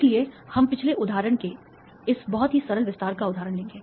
इसलिए हम पिछले उदाहरण के इस बहुत ही सरल विस्तार का उदाहरण लेंगे